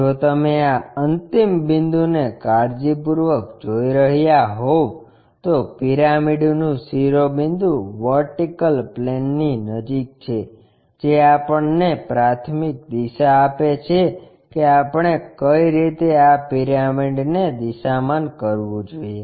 જો તમે આ અંતિમ બિંદુને કાળજીપૂર્વક જોઈ રહ્યા હોવ તો પિરામિડનું શિરોબિંદુ વર્ટિકલ પ્લેનની નજીક છે જે આપણને પ્રાથમિક દિશા આપે છે કે આપણે કઈ રીતે આ પિરામિડને દિશામાન કરવું જોઈએ